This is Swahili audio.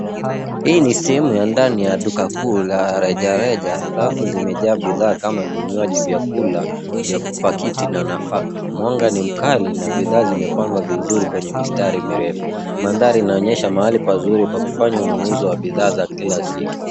Hii ni sehemu ya ndani ya duka kuu la rejareja. Rafu zimejaa bidhaa kama vinywaji vya kula, vya pakiti na nafaka. Mwanga ni mkali na bidhaa zimepangwa vizuri kwenye mistari mirefu. Mandhari inaonyesha mahali pazuri pa kufanya ununuzi wa bidhaa za kila siku.